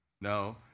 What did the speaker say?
No